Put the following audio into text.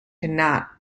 cannot